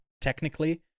technically